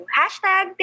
hashtag